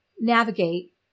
navigate